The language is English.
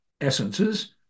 essences